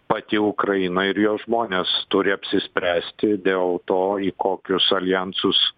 pati ukraina ir jos žmonės turi apsispręsti dėl to į kokius aljansus